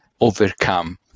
overcome